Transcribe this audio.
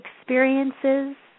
experiences